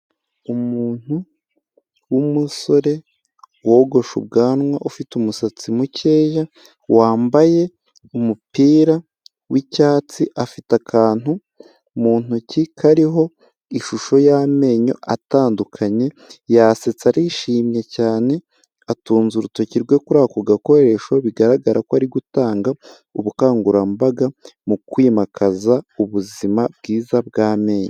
Umuntu w'umusore, wogosha ubwanwa, ufite umusatsi mukeya. Wambaye umupira w'icyatsi, afite akantu mu ntoki kariho ishusho y'amenyo atandukanye. Yasetsa arishimye cyane, atunze urutoki rwe kuri ako gakoresho. Bigaragara ko ari gutanga ubukangurambaga mu kwimakaza ubuzima bwiza bw'amenyo.